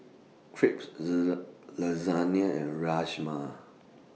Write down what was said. Crepes Lasagna and Rajma